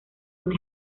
una